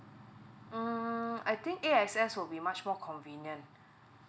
hmm I think A_X_S would be much more convenient